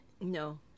No